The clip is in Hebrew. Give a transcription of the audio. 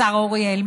השר אוריאל,